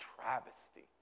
travesty